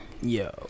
yo